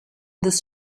this